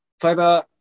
fiber